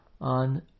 on